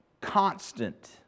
constant